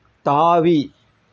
தாவி